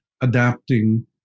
adapting